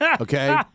Okay